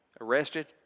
arrested